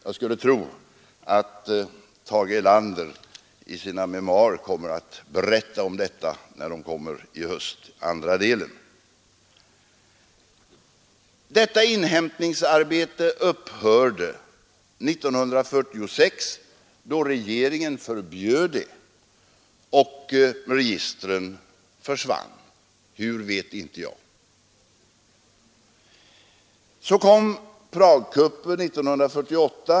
Jag skulle tro att Tage Erlander i andra delen av sina memoarer, som kommer ut i höst, kommer att berätta om detta. Detta inhämtningsarbete upphörde 1946 då regeringen förbjöd det, och registren försvann — hur vet jag inte. Så kom Pragkuppen 1948.